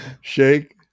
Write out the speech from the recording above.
Shake